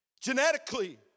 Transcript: Genetically